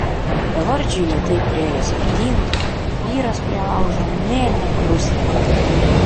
bevardžiui lėtai priėjus artyn vyras prie laužo nė nekrustelėjo